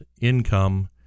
Income